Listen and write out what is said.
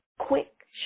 Quick